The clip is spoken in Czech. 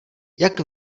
jak